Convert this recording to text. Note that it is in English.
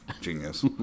genius